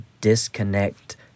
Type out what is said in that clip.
disconnect